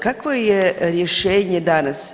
Kavo je rješenje danas?